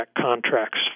contracts